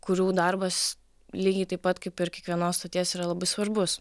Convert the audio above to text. kurių darbas lygiai taip pat kaip ir kiekvienos stoties yra labai svarbus